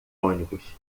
ônibus